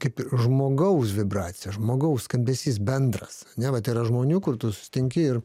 kaip ir žmogaus vibracija žmogaus skambesys bendras ane vat yra žmonių kur tu susitinki ir